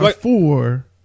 Four